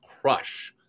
crush